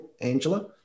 Angela